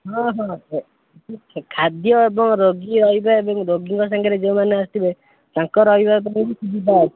ହଁ ହଁ ହଁ ଖାଦ୍ୟ ଏବଂ ରୋଗୀ ରହିବା ଏବଂ ରୋଗୀଙ୍କ ସାଙ୍ଗରେ ଯେଉଁମାନେ ଆସିଥିବେ ତାଙ୍କ ରହିବାପାଇଁ ବି ସୁବିଧା ଅଛି